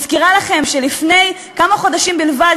אני מזכירה לכם שלפני כמה חודשים בלבד,